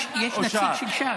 אז מה?